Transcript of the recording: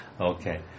Okay